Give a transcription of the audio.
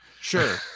Sure